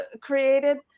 created